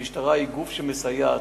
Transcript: המשטרה היא גוף שמסייע,